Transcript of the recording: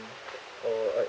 or uh